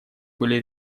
были